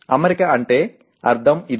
అమరిక అంటే అర్థం ఇదే